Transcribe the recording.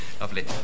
lovely